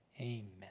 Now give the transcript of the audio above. Amen